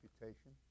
reputation